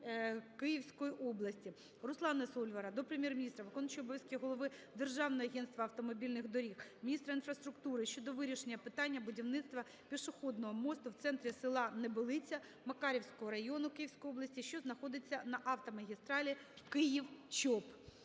Київської області. РусланаСольвара до Прем'єр-міністра, виконуючого обов'язків голови Державного агентства автомобільних доріг, міністра інфраструктури щодо вирішення питання будівництва пішохідного мосту в центрі села Небелиця Макарівського району Київської області, що знаходиться на автомагістралі Київ-Чоп.